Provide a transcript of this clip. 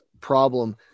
problem